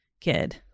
kid